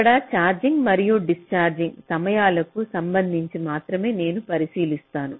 ఇక్కడ ఛార్జింగ్ మరియు డిశ్చార్జ్ సమయాలకు సంబంధించి మాత్రమే నేను పరిశీలిస్తాను